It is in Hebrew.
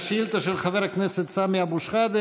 השאילתה של חבר הכנסת סמי אבו שחאדה,